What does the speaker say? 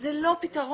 זה לא פתרון.